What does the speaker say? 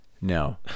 no